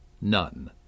None